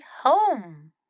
home